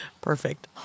Perfect